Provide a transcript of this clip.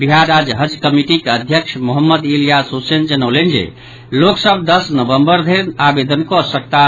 बिहार राज्य हज कमिटीक अध्यक्ष मोहम्मद इलियास हुसैन जनौलनि जे लोक सभ दस नवम्बर धरि आवेदन कऽ सकताह